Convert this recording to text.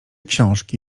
książki